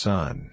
Son